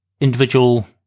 individual